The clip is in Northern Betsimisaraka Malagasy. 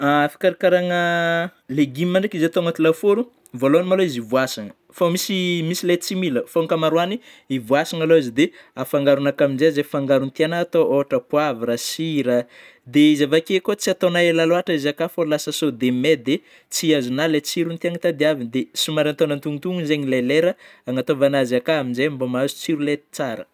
Fikarakarana legioma ndraiky izy atao agnaty lafaoro. Vôalohany ma lô izy voasina, fô misy, misy ilay tsy mila fô ankamaroagny i voasina aloha izy dia afangaronakà amin'izey zey fangaro tianao atao ôhatra: poavra, sira dia izy avy akeo koa tsy atao ela loatra izy akao fa lasa sôde may dia tsy azonao ilay tena tsirony tena tadiavina, dia somary atao antonontony zey ilay lera anataovana azy akà amin'izay mbô mahazo tsiro ilay tsara.